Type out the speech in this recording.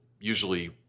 usually